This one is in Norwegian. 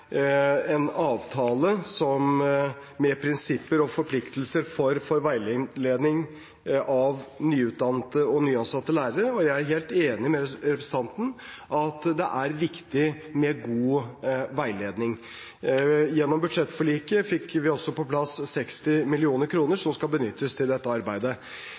avtale med prinsipper og forpliktelser for veiledning av nyutdannede og nyansatte lærere. Jeg er helt enig med representanten i at det er viktig med god veiledning. Gjennom budsjettforliket fikk vi også på plass 60 mill. kr som skal benyttes til dette arbeidet.